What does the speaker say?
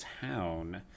town